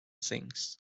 things